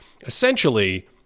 Essentially